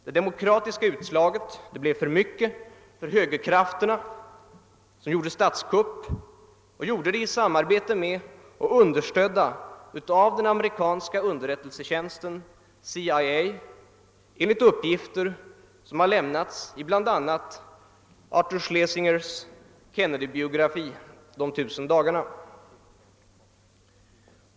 Det demokratiska utslaget blev för mycket för högerkrafterna, som gjorde en statskupp i samarbete med och understödda av den amerikanska <underrättelseorganisationen, CIA, enligt uppgifter som har lämnats bl.a. i Arthur Schlesingers Kennedy-biografi »De 1 000 dagarna».